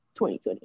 2020